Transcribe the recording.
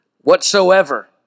whatsoever